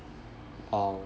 orh